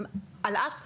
על אף שבעצם,